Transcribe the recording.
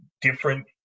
different